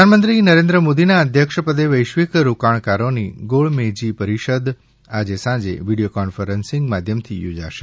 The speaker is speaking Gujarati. બેઠક પ્રધાનમંત્રી નરેન્દ્ર મોદીના અધ્યક્ષપદે વૈશ્વિક રોકાણકારોની ગોળમેજી પરિષદ આજે સાંજે વીડિયો કોન્ફરન્સિંગ માધ્યમથી યોજાશે